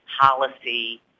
policy